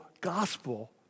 gospel